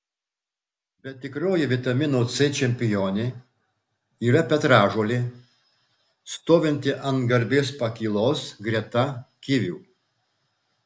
bet tikroji vitamino c čempionė yra petražolė stovinti ant garbės pakylos greta kivių